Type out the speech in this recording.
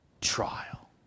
trial